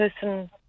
person